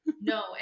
No